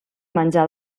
menjar